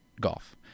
golf